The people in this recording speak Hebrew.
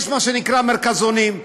יש מה שנקרא מרכזונים.